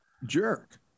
Jerk